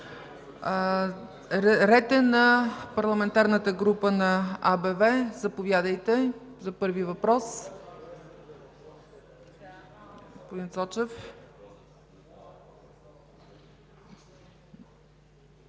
Ред е на Парламентарната група на АБВ. Заповядайте за първи въпрос,